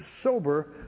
sober